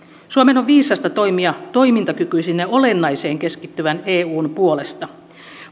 suomen on viisasta toimia toimintakykyisen ja olennaiseen keskittyvän eun puolesta